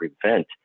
prevent